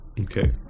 Okay